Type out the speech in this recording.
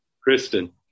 Kristen